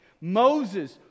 Moses